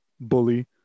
bully